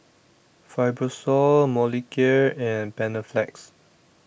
Fibrosol Molicare and Panaflex